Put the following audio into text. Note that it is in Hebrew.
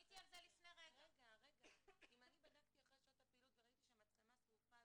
אם אני בדקתי אחרי שעות הפעילות וגיליתי שהמצלמה שרופה,